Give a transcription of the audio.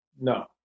No